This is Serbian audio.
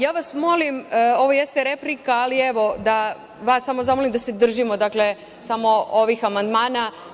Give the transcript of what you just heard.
Ja vas molim, ovo jeste replika, ali vas samo da zamolim da se držimo samo ovih amandmana.